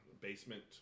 basement